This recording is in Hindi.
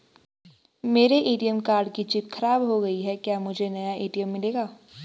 मेरे ए.टी.एम कार्ड की चिप खराब हो गयी है क्या मुझे नया ए.टी.एम मिलेगा?